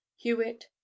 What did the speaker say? Hewitt